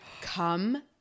come